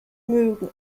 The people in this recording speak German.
mögen